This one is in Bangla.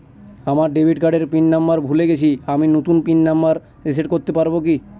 আমার ডেবিট কার্ডের পিন নম্বর ভুলে গেছি আমি নূতন পিন নম্বর রিসেট করতে পারবো কি?